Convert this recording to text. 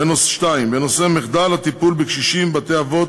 2. בנושא: מחדל הטיפול בקשישים בבתי-אבות,